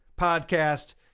podcast